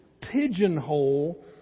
pigeonhole